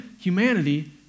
humanity